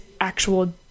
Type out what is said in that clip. actual